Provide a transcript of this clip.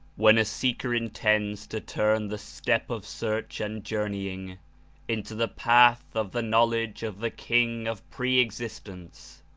when a seeker intends to turn the step of search and journeying into the path of the knowledge of the king of pre-existence,